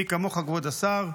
מי כמוך, כבוד השר,